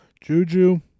Juju